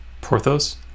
Porthos